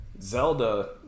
Zelda